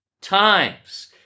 times